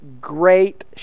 great